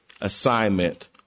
assignment